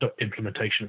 implementation